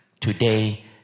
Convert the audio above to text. Today